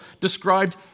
described